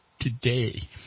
today